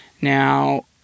Now